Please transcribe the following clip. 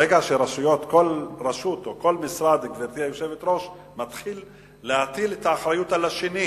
ברגע שכל רשות או כל משרד מתחילים להטיל את האחריות על זולתם.